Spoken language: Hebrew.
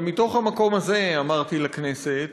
אבל מתוך המקום הזה, אמרתי לכנסת,